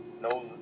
no